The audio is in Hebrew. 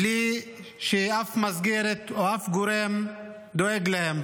בלי שאף מסגרת או אף גורם דואג להם.